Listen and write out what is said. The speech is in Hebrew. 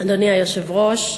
אדוני היושב-ראש,